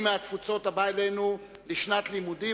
מהתפוצות הבאים אלינו לשנת לימודים.